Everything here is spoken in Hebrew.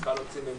נתחיל עם